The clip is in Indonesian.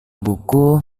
buku